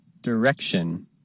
Direction